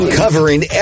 covering